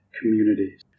communities